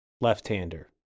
left-hander